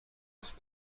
است